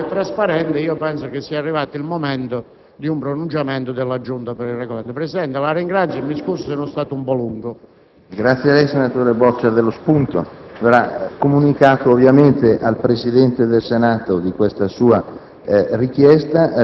rendere tutto chiaro e trasparente, penso sia arrivato il momento di un pronunciamento della Giunta per il Regolamento. Signor Presidente, la ringrazio e mi scuso se sono stato un po' lungo.